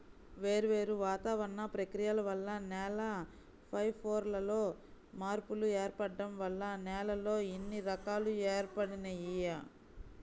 వేర్వేరు వాతావరణ ప్రక్రియల వల్ల నేల పైపొరల్లో మార్పులు ఏర్పడటం వల్ల నేలల్లో ఇన్ని రకాలు ఏర్పడినియ్యి